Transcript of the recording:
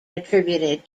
attributed